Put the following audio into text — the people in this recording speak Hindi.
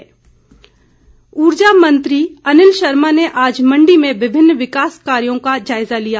अनिल शर्मा ऊर्जा मंत्री अनिल शर्मा ने आज मण्डी में विभिन्न विकास कार्यों का जायजा लिया